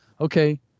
okay